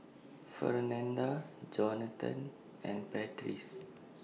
Fernanda Johathan and Patrice